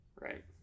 right